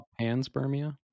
panspermia